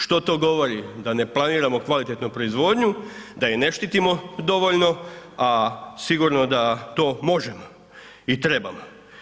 Što to govori da ne planiramo kvalitetnu proizvodnju, da je ne štiti dovoljno a sigurno da to možemo i trebamo.